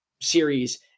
series